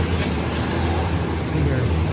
make it bigger